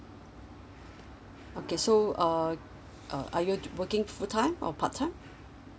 okay so uh uh are you working full time or part time